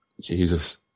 Jesus